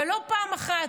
ולא פעם אחת.